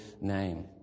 name